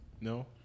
No